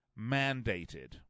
mandated